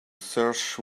search